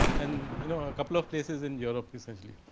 and you know a couple of places in europe essentially.